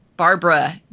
Barbara